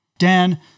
Dan